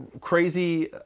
crazy